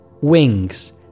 Wings